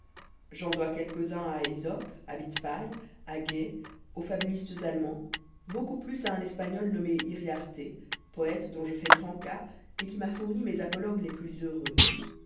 j'en dois quelques-uns à esope à bidpaï à gay aux fabulistes allemands beaucoup plus à un espagnol nommé yriarté poëte dont je fais grand cas et qui m'a fourni mes apologues les plus heureux